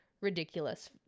ridiculous